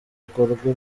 akorwe